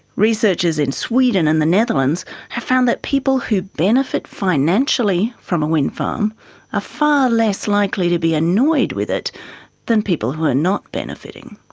researchers in sweden and the netherlands have found that people who benefit financially from a windfarm are ah far less likely to be annoyed with it than people who are not benefiting.